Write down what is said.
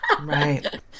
Right